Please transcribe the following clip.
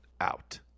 out